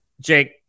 Jake